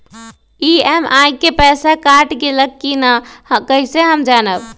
EMI के पईसा कट गेलक कि ना कइसे हम जानब?